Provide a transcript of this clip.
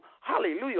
hallelujah